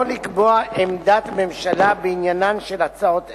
לקבוע עמדת ממשלה בעניינן של הצעות אלה.